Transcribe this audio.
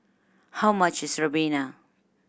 how much is ribena